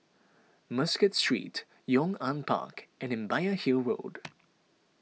Muscat Street Yong An Park and Imbiah Hill Road